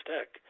Tech